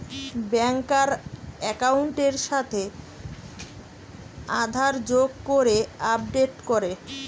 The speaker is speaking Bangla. ব্যাংকার একাউন্টের সাথে আধার যোগ করে আপডেট করে